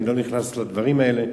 אני לא נכנס לדברים האלה,